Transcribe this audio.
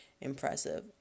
impressive